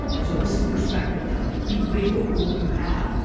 and so this is perspective time. be grateful for what you have,